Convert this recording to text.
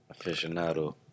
aficionado